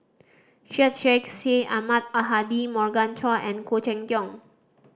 Syed Sheikh Syed Ahmad Al Hadi Morgan Chua and Khoo Cheng Tiong